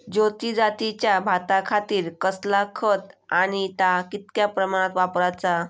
ज्योती जातीच्या भाताखातीर कसला खत आणि ता कितक्या प्रमाणात वापराचा?